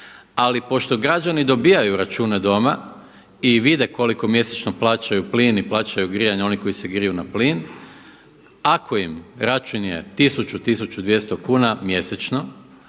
ali pošto građani dobivaju račune doma i vide koliko mjesečno plaćaju plin i plaćaju grijanje oni koji se griju na plin. Ako im račun je 1000, 1200 kn mjesečno